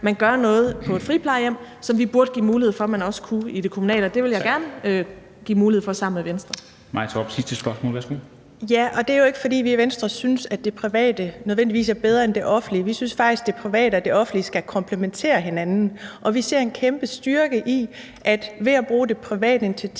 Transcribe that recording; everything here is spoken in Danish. man gør noget på et friplejehjem, som vi burde give mulighed for at man også kunne i det kommunale, og det vil jeg gerne give mulighed for sammen med Venstre. Kl. 13:20 Formanden (Henrik Dam Kristensen): Maja Torp, sidste spørgsmål. Værsgo. Kl. 13:20 Maja Torp (V): Det er jo ikke, fordi vi i Venstre synes, at det private nødvendigvis er bedre end det offentlige. Vi synes faktisk, at det private og det offentlige skal komplementere hinanden, og vi ser en kæmpe styrke i, at vi ved også at bruge det private initiativ